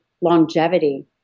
longevity